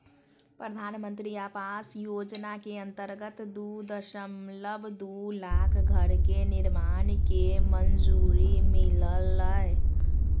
प्रधानमंत्री आवास योजना के अंतर्गत दू दशमलब दू लाख घर के निर्माण के मंजूरी मिललय